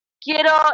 Quiero